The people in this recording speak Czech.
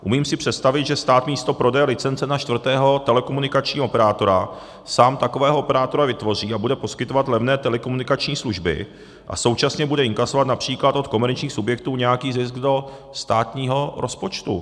Umím si představit, že stát místo prodeje licence na čtvrtého telekomunikačního operátora sám takového operátora vytvoří a bude poskytovat levné telekomunikační služby a současně bude inkasovat např. od komerčních subjektů nějaký zisk do státního rozpočtu.